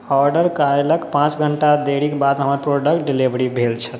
order कएलाक पांच घंटा देरीक बाद हमर प्रोडक्ट डिलीवर भेल छल